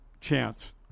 chance